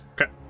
Okay